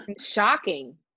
Shocking